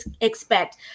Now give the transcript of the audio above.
expect